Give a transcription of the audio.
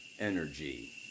energy